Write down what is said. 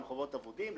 מה שנקרא חובות אבודים,